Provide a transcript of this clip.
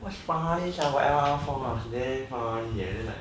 !wah! funny sia our L one R four damn funny eh then like